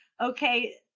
Okay